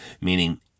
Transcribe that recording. Meaning